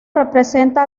representa